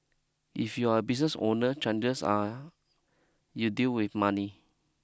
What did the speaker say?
if you're a business owner chances are you deal with money